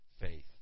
faith